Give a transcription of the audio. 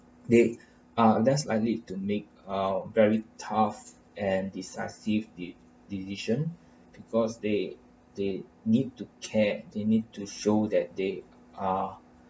they are less likely to make a very tough and decisive de~ decision because they they need to care they need to show that they are